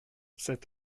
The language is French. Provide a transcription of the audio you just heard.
sept